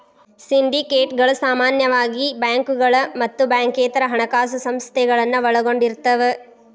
ಸಿಂಡಿಕೇಟ್ಗಳ ಸಾಮಾನ್ಯವಾಗಿ ಬ್ಯಾಂಕುಗಳ ಮತ್ತ ಬ್ಯಾಂಕೇತರ ಹಣಕಾಸ ಸಂಸ್ಥೆಗಳನ್ನ ಒಳಗೊಂಡಿರ್ತವ